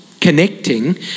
connecting